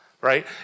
right